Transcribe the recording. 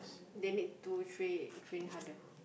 they need to train train harder